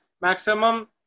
maximum